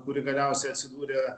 kuri galiausiai atsidūrė